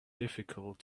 difficult